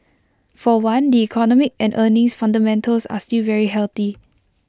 for one the economic and earnings fundamentals are still very healthy